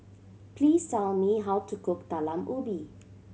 please tell me how to cook Talam Ubi